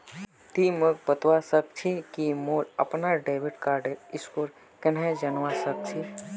ति मोक बतवा सक छी कि मोर अपनार डेबिट कार्डेर स्कोर कँहे जनवा सक छी